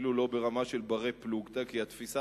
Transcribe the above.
אפילו לא ברמה של בני-פלוגתא כי התפיסה